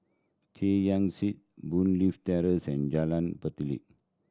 Chay Yan Street Boon Leat Terrace and Jalan